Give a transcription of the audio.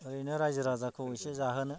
ओरैनो रायजो राजाखौ एसे जाहोनो